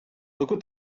what